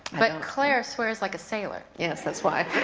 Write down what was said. but claire swears like a sailor. yes, that's why.